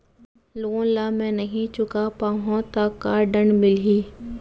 Loan ला मैं नही चुका पाहव त का दण्ड मिलही?